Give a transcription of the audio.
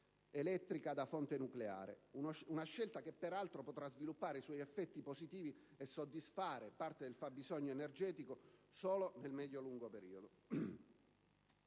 elettrica da fonte nucleare; una scelta che, peraltro, potrà sviluppare i suoi effetti positivi e soddisfare parte del fabbisogno energetico solo nel medio-lungo periodo.